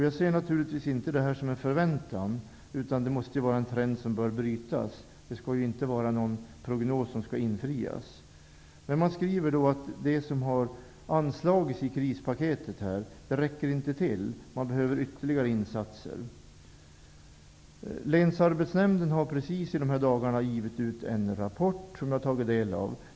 Jag ser naturligtvis inte detta som en förväntan, utan det måste vara en trend som bör brytas. Det är inte en prognos som skall infrias. Man skriver att det som har anslagits i krispaketet inte räcker till. Det behövs ytterligare insatser. Länsarbetsnämnden har precis i de här dagarna givit ut en rapport, som jag har tagit del av.